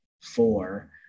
four